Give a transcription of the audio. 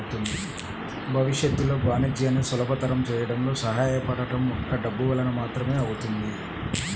భవిష్యత్తులో వాణిజ్యాన్ని సులభతరం చేయడంలో సహాయపడటం ఒక్క డబ్బు వలన మాత్రమే అవుతుంది